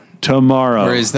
Tomorrow